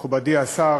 מכובדי השר,